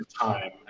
time